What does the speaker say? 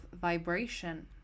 vibration